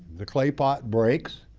the clay pot breaks,